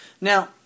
Now